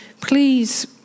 please